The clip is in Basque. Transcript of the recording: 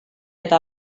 eta